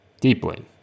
deeply